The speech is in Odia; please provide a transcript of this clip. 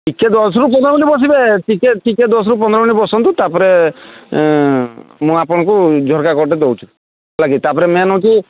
ଟିକେ ଦଶରୁ ପନ୍ଦର ମିନିଟ୍ ବସିବେ ଟିକେ ଟିକେ ଦଶରୁ ପନ୍ଦର ମିନିଟ୍ ବସନ୍ତୁ ତାପରେ ମୁଁ ଆପଣଙ୍କୁ ଝରକା କଡ଼ରେ ଦେଉଛି ହେଲା କି ତାପରେ ମେନ୍ ହେଉଛି